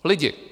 Lidi.